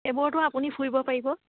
সেইবােৰতো আপুনি ফুৰিব পাৰিব